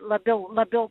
labiau labiau